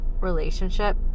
relationship